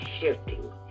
shifting